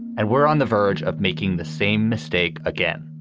and we're on the verge of making the same mistake again